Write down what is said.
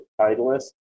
Titleist